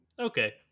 Okay